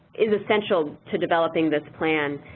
is essential to developing this plan.